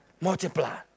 multiply